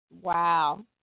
wow